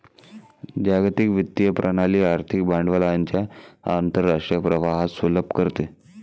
जागतिक वित्तीय प्रणाली आर्थिक भांडवलाच्या आंतरराष्ट्रीय प्रवाहास सुलभ करते